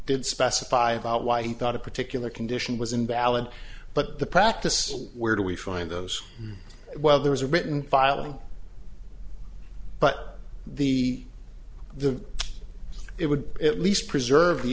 did specify about why he thought a particular condition was invalid but the practice where do we find those while there is a written filing but the the it would at least preserve the